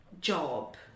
job